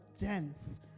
dense